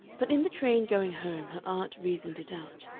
but in the train going home her aunt reasoned it out.